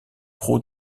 pro